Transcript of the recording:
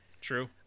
True